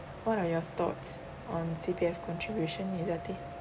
what are your thoughts on C_P_F contribution ezati